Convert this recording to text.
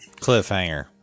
Cliffhanger